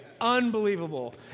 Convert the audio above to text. Unbelievable